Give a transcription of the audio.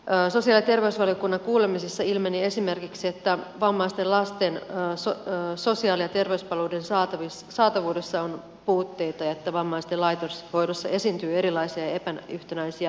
sosiaali ja terveysvaliokunnan kuulemisissa ilmeni esimerkiksi että vammaisten lasten sosiaali ja terveyspalveluiden saatavuudessa on puutteita ja että vammaisten laitoshoidossa esiintyy erilaisia epäyhtenäisiä käytäntöjä